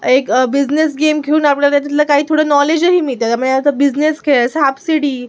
एक business game खेळून आपल्याला त्याच्यातलं काही थोडं नॉलेजही मिळतं त्यामुळे आता बिजनेस खेळ सापशिडी